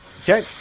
Okay